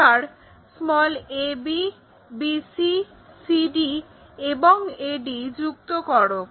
এবার ab bc cd এবং ad যুক্ত করো